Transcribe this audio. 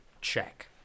check